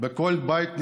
כי על פי סעיף 96(ד)